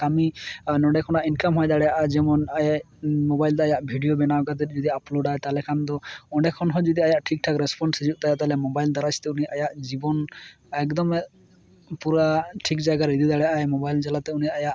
ᱠᱟᱹᱢᱤ ᱟᱨ ᱱᱚᱸᱰᱮ ᱠᱷᱚᱱᱟᱜ ᱤᱱᱠᱟᱢ ᱦᱚᱸᱭ ᱫᱟᱲᱮᱭᱟᱜᱼᱟ ᱡᱮᱢᱚᱱ ᱟᱭ ᱢᱚᱵᱟᱭᱤᱞ ᱫᱚ ᱟᱭᱟᱜ ᱵᱷᱤᱰᱭᱳ ᱵᱮᱱᱟᱣ ᱠᱟᱛᱮᱫ ᱡᱩᱫᱤ ᱟᱯᱞᱳᱰᱟᱭ ᱛᱟᱦᱚᱞᱮ ᱠᱷᱟᱱ ᱫᱚ ᱚᱸᱰᱮ ᱠᱷᱚᱱ ᱦᱚᱸ ᱡᱩᱫᱤ ᱟᱭᱟᱜ ᱴᱷᱤᱠ ᱴᱷᱟᱠ ᱨᱮᱥᱯᱚᱱᱥ ᱦᱤᱡᱩᱜ ᱛᱟᱭᱟ ᱛᱟᱦᱚᱞᱮ ᱢᱚᱵᱟᱭᱤᱞ ᱫᱟᱨᱟᱡᱽ ᱛᱮ ᱩᱱᱤ ᱟᱭᱟᱜ ᱡᱤᱵᱚᱱ ᱮᱠᱫᱚᱢᱮ ᱯᱩᱨᱟᱹ ᱴᱷᱤᱠ ᱡᱟᱭᱜᱟᱨᱮ ᱤᱫᱤ ᱫᱟᱲᱮᱭᱟᱜᱼᱟᱭ ᱢᱚᱵᱟᱭᱤᱞ ᱡᱟᱞᱟᱛᱮ ᱩᱱᱤ ᱟᱭᱟᱜ